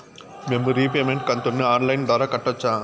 మేము రీపేమెంట్ కంతును online ద్వారా కట్టొచ్చా